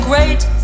great